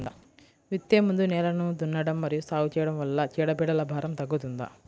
విత్తే ముందు నేలను దున్నడం మరియు సాగు చేయడం వల్ల చీడపీడల భారం తగ్గుతుందా?